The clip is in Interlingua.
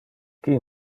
qui